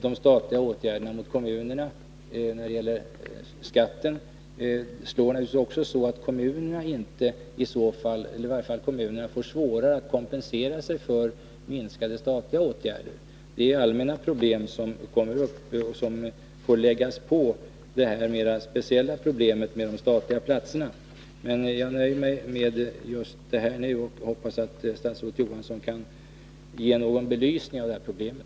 De statliga åtgärderna mot kommunerna när det gäller skatten slår naturligtvis så att kommunerna får svårare att kompensera sig för minskade statliga insatser. Det är allmänna problem som kommer upp och som får läggas till detta mera speciella problem med de statliga platserna. Jag nöjer mig med det här nu och hoppas att statsrådet Johansson kan ge någon belysning av problemet.